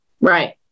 Right